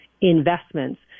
investments